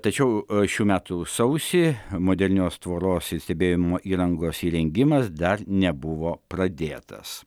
tačiau šių metų sausį modernios tvoros stebėjimo įrangos įrengimas dar nebuvo pradėtas